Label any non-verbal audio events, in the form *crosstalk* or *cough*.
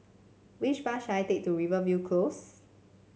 which bus should I take to Rivervale Close *noise*